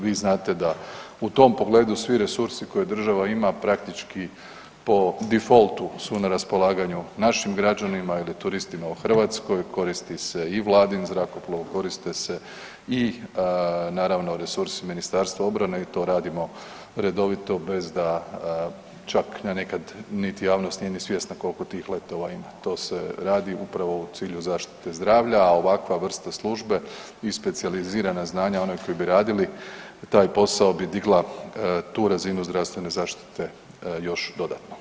Vi znate da u tom pogledu svi resursi koje država ima praktički po difoltu su na raspolaganju našim građanima ili turistima u Hrvatskoj, koristi se i vladin zrakoplov, koriste se i naravno resursi MORH-a i to radimo redovito bez da čak nekad niti javnost nije ni svjesna koliko tih letova ima, to se radi upravo u cilju zaštite zdravlja, a ovakva vrsta službe i specijalizirana znanja onih koji bi radili taj posao bi digla tu razinu zdravstvene zaštite još dodatno.